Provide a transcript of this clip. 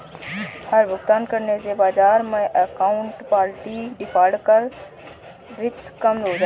हर भुगतान करने से बाजार मै काउन्टरपार्टी डिफ़ॉल्ट का रिस्क कम हो जाता है